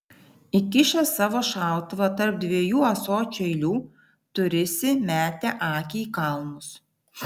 įkišęs savo šautuvą tarp dviejų ąsočių eilių turisi metė akį į kalnus